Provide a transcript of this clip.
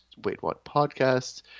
waitwhatpodcast